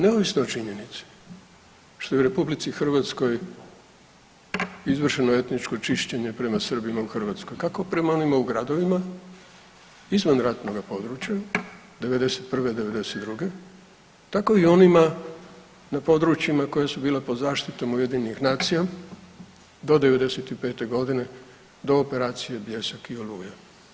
Neovisno o činjenici što u RH izvršeno etničko čišćenje prema Srbima u Hrvatskoj kako prema onima u gradovima izvan ratnoga područja '91., '92. tako i onima na područjima koja su bila pod zaštitom UN-a do '95. godine do operacije Bljesak i Oluja.